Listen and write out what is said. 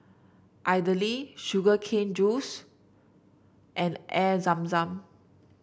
idly Sugar Cane Juice and Air Zam Zam